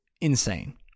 insane